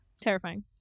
Terrifying